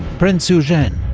prince eugene,